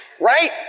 right